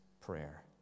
prayer